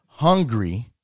hungry